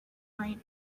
right